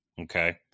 okay